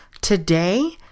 Today